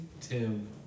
Tim